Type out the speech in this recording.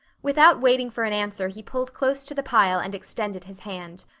without waiting for an answer he pulled close to the pile and extended his hand.